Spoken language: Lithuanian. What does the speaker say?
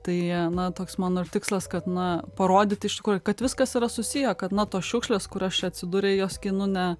tai na toks mano ir tikslas kad na parodyti iš tikrųjų kad viskas yra susiję kad na tos šiukšlės kurios čia atsiduria jos gi nu ne